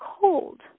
cold